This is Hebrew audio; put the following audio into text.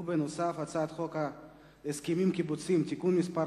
ובנוסף: הצעת חוק הסכמים קיבוציים (תיקון מס'